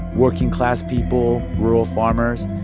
working-class people, rural farmers.